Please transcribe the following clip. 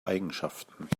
eigenschaften